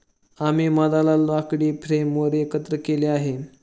आम्ही मधाला लाकडी फ्रेमवर एकत्र केले आहे